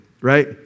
right